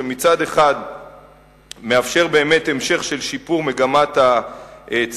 שמצד אחד מאפשר באמת המשך של שיפור מגמת הצמיחה,